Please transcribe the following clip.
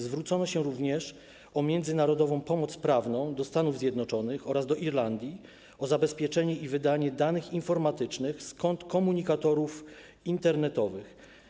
Zwrócono się również o międzynarodową pomoc prawną do Stanów Zjednoczonych oraz do Irlandii o zabezpieczenie i wydanie danych informatycznych z kont komunikatorów internetowych.